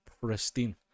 pristine